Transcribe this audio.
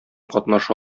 катнаша